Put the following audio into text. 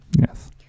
Yes